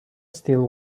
still